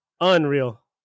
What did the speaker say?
Unreal